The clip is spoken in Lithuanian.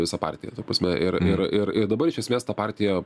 visą partiją ta prasme ir ir ir dabar iš esmės ta partija